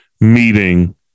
meeting